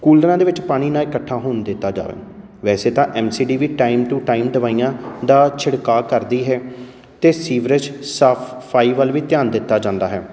ਕੂਲਰਾਂ ਦੇ ਵਿੱਚ ਪਾਣੀ ਨਾ ਇਕੱਠਾ ਹੋਣ ਦਿੱਤਾ ਜਾਏ ਵੈਸੇ ਤਾਂ ਐਮ ਸੀ ਡੀ ਵੀ ਟਾਈਮ ਟੂ ਟਾਈਮ ਦਵਾਈਆਂ ਦਾ ਛਿੜਕਾ ਕਰਦੀ ਹੈ ਅਤੇ ਸੀਵਰੇਜ ਸਾਫ਼ ਸਫ਼ਾਈ ਵੱਲ ਵੀ ਧਿਆਨ ਦਿੱਤਾ ਜਾਂਦਾ ਹੈ